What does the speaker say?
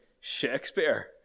Shakespeare